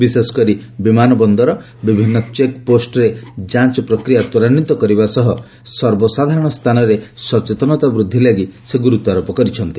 ବିଶେଷକରି ବିମାନ ବନ୍ଦର ବିଭିନ୍ନ ଚେକ୍ପୋଷ୍ଟରେ ଯାଞ୍ଚ ପ୍ରକ୍ରିୟା ତ୍ୱରାନ୍ୱିତ କରିବା ସହ ସର୍ବସାଧାରଣ ସ୍ଥାନରେ ସଚେତନତା ବୃଦ୍ଧି ଲାଗି ସେ ଗୁରୁତ୍ୱାରୋପ କରିଛନ୍ତି